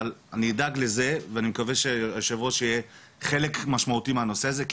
אבל אני אדאג לזה ואני מקווה שהיושב ראש יהיה חלק משמעותי מהנושא הזה,